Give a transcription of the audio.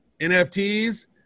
nfts